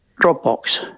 Dropbox